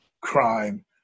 crime